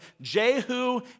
Jehu